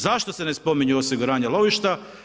Zašto se ne spominju osiguranja lovišta?